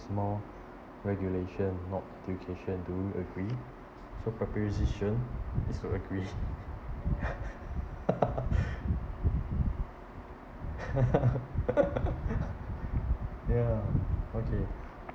is more regulation not education do you agree so proposition so agree ya okay